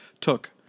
took